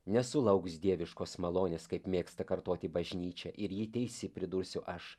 nesulauks dieviškos malonės kaip mėgsta kartoti bažnyčia ir ji teisi pridursiu aš